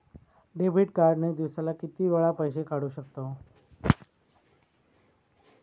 Debit card ने दिवसाला किती वेळा पैसे काढू शकतव?